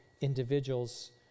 individuals